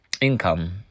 Income